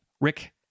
Rick